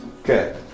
okay